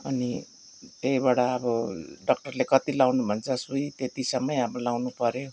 अनि त्यहीबाट अब डक्टरले कति लगाउनु भन्छ सुई त्यतिसम्मै अब लगाउनु पऱ्यो